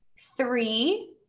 Three